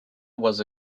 was